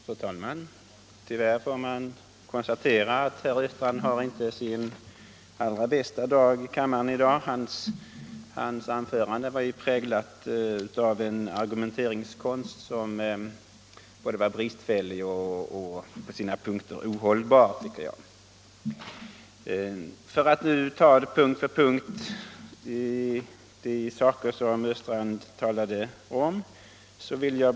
Fru talman! Tyvärr får man konstatera att herr Östrand inte har sin allra bästa dag i kammaren i dag. Hans anförande var präglat av en argumentering som både var bristfällig och på vissa punkter ohållbar, tycker jag. Låt mig ta punkt för punkt de saker som herr Östrand talade om.